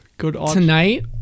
tonight